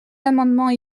amendements